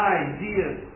ideas